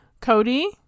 Cody